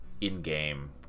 in-game